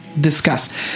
discuss